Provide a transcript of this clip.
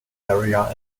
area